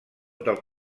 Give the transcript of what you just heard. del